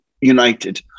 United